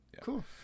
Cool